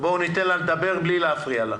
ובואו ניתן לה לדבר בלי להפריע לה.